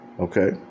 Okay